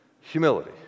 Humility